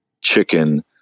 chicken